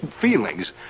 feelings